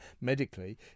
medically